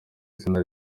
izina